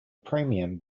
premium